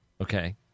okay